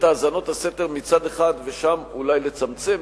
האזנות הסתר מצד אחד ושם אולי לצמצם,